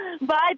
Bye